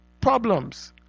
problems